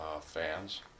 fans